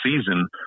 season